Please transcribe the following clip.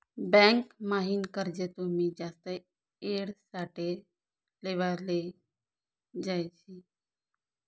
bank म्हाईन कर्ज तुमी जास्त येळ साठे लेवाले जोयजे